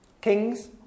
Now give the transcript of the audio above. Kings